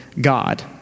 God